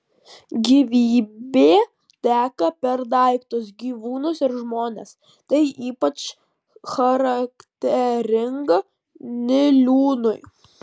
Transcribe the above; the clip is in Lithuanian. gyvybė teka per daiktus gyvūnus ir žmones tai ypač charakteringa niliūnui